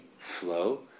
flow